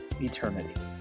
eternity